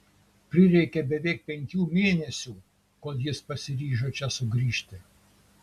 prireikė beveik penkių mėnesių kol jis pasiryžo čia sugrįžti